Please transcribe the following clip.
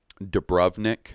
Dubrovnik